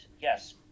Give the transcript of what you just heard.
yes